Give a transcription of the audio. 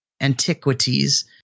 antiquities